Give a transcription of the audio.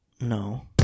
No